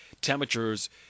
Temperatures